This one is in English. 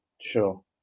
sure